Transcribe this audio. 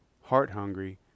heart-hungry